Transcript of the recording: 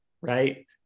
right